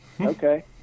Okay